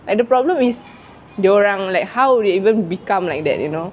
like the problem is dorang like how they even become like that you know